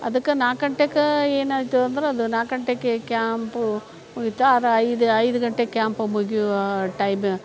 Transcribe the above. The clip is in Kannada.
ಅದಕ್ಕೆ ನಾಲ್ಕು ಗಂಟೆಗ ಏನಾಯಿತು ಅಂದ್ರೆ ಅದು ನಾಲ್ಕು ಗಂಟೆಗೆ ಕ್ಯಾಂಪು ಇತ್ತು ಅದು ಐದು ಐದು ಗಂಟೆ ಕ್ಯಾಂಪು ಮುಗಿಯುವ ಟೈಮ್